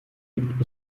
gibt